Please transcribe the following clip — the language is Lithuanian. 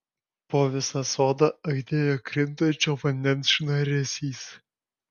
po visą sodą aidėjo krintančio vandens šnaresys